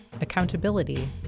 accountability